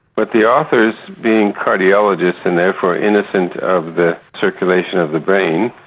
but the authors, being cardiologists and therefore innocent of the circulation of the brain,